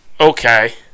okay